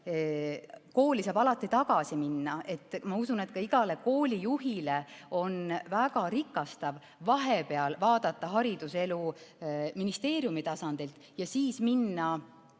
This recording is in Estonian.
kooli saab alati tagasi minna. Ma usun, et igale koolijuhile on väga rikastav vahepeal vaadata hariduselu ministeeriumi tasandilt ja siis minna